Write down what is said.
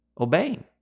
Obeying